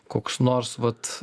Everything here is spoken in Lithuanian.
koks nors vat